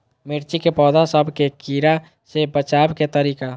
मिर्ची के पौधा सब के कीड़ा से बचाय के तरीका?